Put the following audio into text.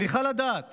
צריכה לדעת